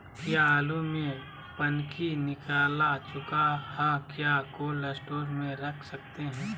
क्या आलु में पनकी निकला चुका हा क्या कोल्ड स्टोरेज में रख सकते हैं?